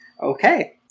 Okay